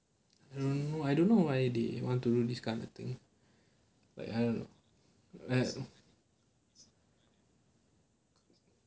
Z>